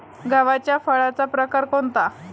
गव्हाच्या फळाचा प्रकार कोणता?